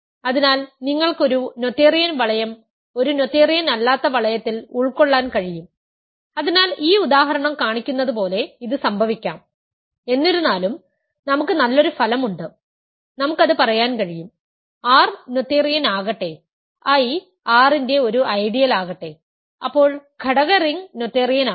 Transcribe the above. അതിനാൽ നിങ്ങൾക്ക് ഒരു നോഥേറിയൻ വളയം ഒരു നോഥേറിയൻ അല്ലാത്ത വളയത്തിൽ ഉൾക്കൊള്ളാൻ കഴിയും അതിനാൽ ഈ ഉദാഹരണം കാണിക്കുന്നതുപോലെ ഇത് സംഭവിക്കാം എന്നിരുന്നാലും നമുക്ക് നല്ലൊരു ഫലം ഉണ്ട് നമുക്ക് അത് പറയാൻ കഴിയും R നോതേറിയൻ ആകട്ടെ I R ന്റെ ഒരു ഐഡിയലാകട്ടെ അപ്പോൾ ഘടക റിംഗ് നോതെറിയൻ ആണ്